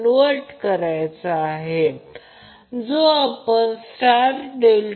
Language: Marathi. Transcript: हे जास्त केले जात नाही कारण हे DC सर्किट सारखेच आहे मला या गोष्टी जास्त लांबवायच्या नव्हत्या